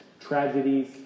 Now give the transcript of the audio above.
tragedies